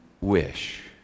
wish